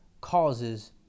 causes